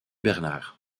bernard